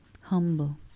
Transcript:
Humble